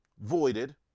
voided